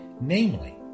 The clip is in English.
namely